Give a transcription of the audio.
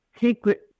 secret